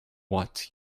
what